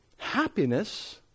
Happiness